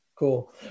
Cool